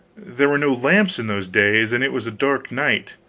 there were no lamps in those days, and it was a dark night.